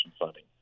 funding